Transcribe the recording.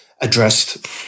addressed